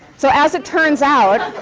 so as it turns out,